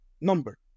Number